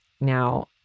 Now